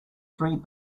three